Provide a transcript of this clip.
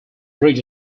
bridge